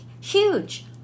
huge